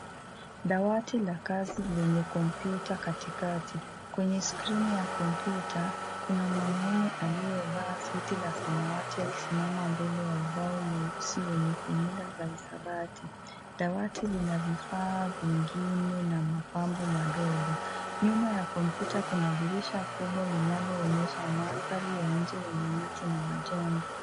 Dawati la kazi lenye kompyuta katikati. Kwenye skrini ya kompyuta, kuna mwanaume aliyevaa suti ya samawati akisimama mbele ya ubao mweusi wenye fomyula za hisabati. Dawati lina vifaa vingine na mapambo madogo. Nyuma ya kompyuta kuna dirisha kubwa linaloonyesha mandhari ya nje lenye miti na majengo.